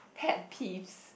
pet peeves